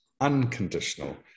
unconditional